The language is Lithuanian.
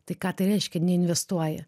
tai ką tai reiškia neinvestuoja